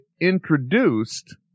introduced